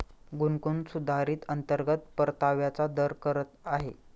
गुनगुन सुधारित अंतर्गत परताव्याचा दर करत आहे